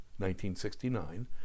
1969